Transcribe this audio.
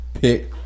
pick